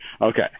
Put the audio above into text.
okay